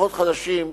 כוחות חדשים,